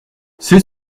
c’est